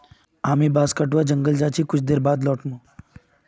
हामी बांस कटवा जंगल जा छि कुछू देर बाद लौट मु